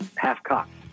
half-cocked